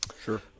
Sure